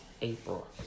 April